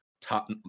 top